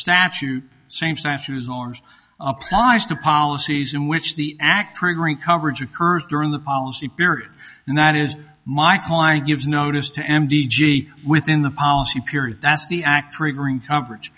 statute same statues are applies to policies in which the act triggering coverage occurs during the policy period and that is my client gives notice to m d g within the policy period that's the act triggering coverage